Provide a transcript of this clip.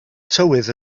tywydd